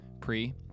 pre